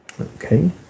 Okay